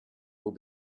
will